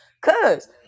Cause